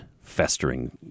festering